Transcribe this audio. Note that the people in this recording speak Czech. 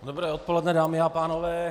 Dobré odpoledne, dámy a pánové.